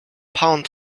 pound